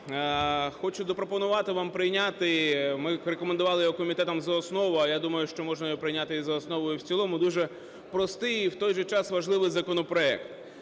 Хочу запропонувати вам прийняти. Ми рекомендували його комітетом за основу, а я думаю, що можна його прийняти і за основу і в цілому. Дуже простий і в той же час важливий законопроект.